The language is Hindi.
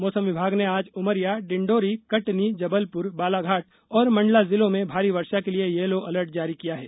मौसम विभाग ने आज उमरिया डिण्डौरी कटनी जबलपुर बालाघाट और मंडला जिलों में भारी वर्षा के लिए यलो अलर्ट जारी किया गया है